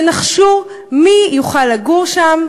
ונחשו מי יוכל לגור שם?